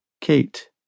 Kate